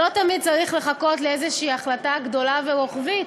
שלא תמיד צריך לחכות לאיזו החלטה גדולה ורוחבית,